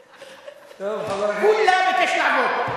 טוב, חבר הכנסת טיבי, כולה ביקש לעבוד.